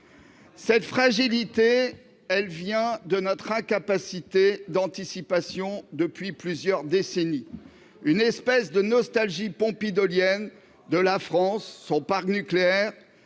Cette fragilité vient de notre incapacité à anticiper depuis plusieurs décennies, avec une espèce de nostalgie pompidolienne de la France, de son parc nucléaire,